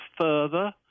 further